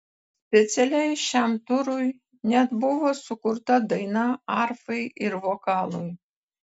specialiai šiam turui net buvo sukurta daina arfai ir vokalui